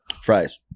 fries